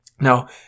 Now